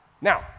Now